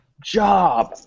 job